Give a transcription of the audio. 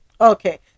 Okay